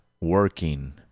working